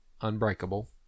Unbreakable